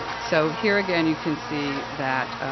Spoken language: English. so, here again, you can see that,